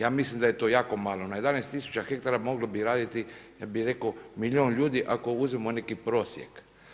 Ja mislim da je to jako malo, na 11 000 hektara mogli bi raditi ja bi rekao milijun ljudi ako uzmemo neki prosjek.